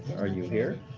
are you here?